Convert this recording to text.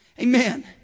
Amen